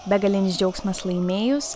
begalinis džiaugsmas laimėjus